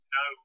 no